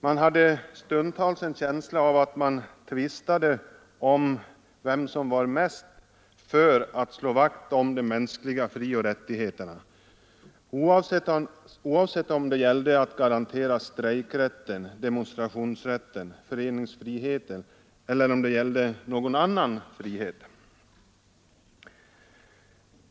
Jag hade stundtals en känsla av att man tvistade om vem som var mest för att slå vakt om de mänskliga frioch rättigheterna, oavsett om det gällde att garantera strejkrätten, demonstrationsrätten och föreningsfriheten eller om det gällde någon annan frioch rättighet.